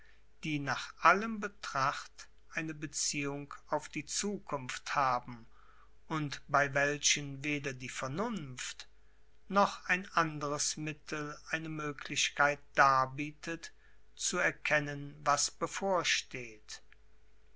die nach allem betracht eine beziehung auf die zukunft haben und bei welchen weder die vernunft noch ein anderes mittel eine möglichkeit darbietet zu erkennen was bevorsteht